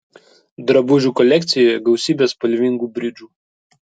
drabužių kolekcijoje gausybė spalvingų bridžų